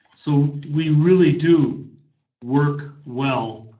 so we really do work well.